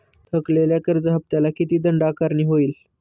थकलेल्या कर्ज हफ्त्याला किती दंड आकारणी होईल?